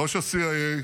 ראש ה-CIA,